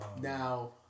Now